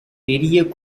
பெரிய